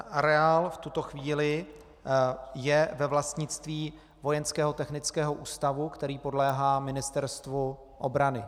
Areál v tuto chvíli je ve vlastnictví Vojenského technického ústavu, který podléhá Ministerstvu obrany.